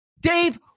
Dave